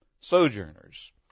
sojourners